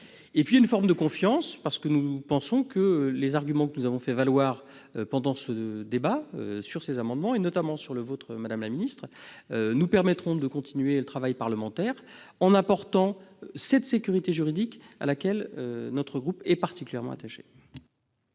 Il y a enfin une forme de confiance, parce que nous pensons que les arguments que nous avons fait valoir pendant le débat sur ces amendements, notamment sur le vôtre, madame la ministre, nous permettront de poursuivre le travail parlementaire et d'apporter la sécurité juridique à laquelle notre groupe est particulièrement attaché.